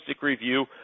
review